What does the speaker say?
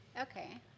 Okay